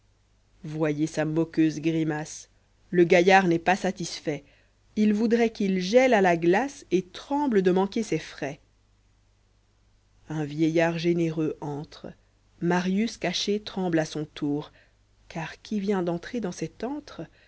voyez sa moqueuse grimace le gaillard n'est pas satisfait il voudrait qu'il gèle à la glace et iremble de manquer ses frais un vieillard généreux entre marius caché tremble à son tour car qui vient d'entrer dans cet antre